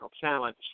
challenge